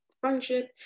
friendship